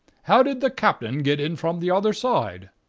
how did the captain get in from the other side?